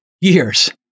years